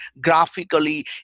graphically